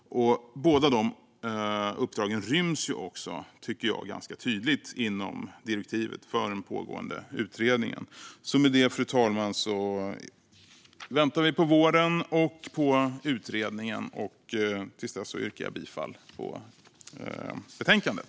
Båda de uppdragen ryms också, tycker jag, ganska tydligt inom direktivet för den pågående utredningen. Fru talman! I väntan på våren och på utredningen yrkar jag bifall till förslaget i betänkandet.